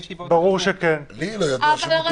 לי לא ידוע שמותר.